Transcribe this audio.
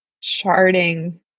charting